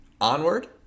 Onward